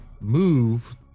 move